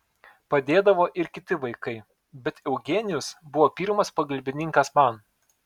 padėdavo ir kiti vaikai bet eugenijus buvo pirmas pagalbininkas man